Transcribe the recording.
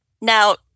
Now